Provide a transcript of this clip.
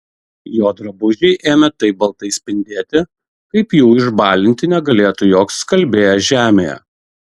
jo drabužiai ėmė taip baltai spindėti kaip jų išbalinti negalėtų joks skalbėjas žemėje